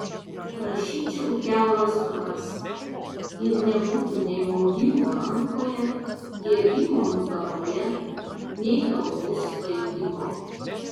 rašyčiau kiauras paras ir nebūtų nei maudimo rankoje diegimo nugaroje nei galvos svaigimo